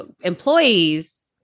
employees